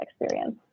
experience